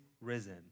risen